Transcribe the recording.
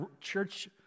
church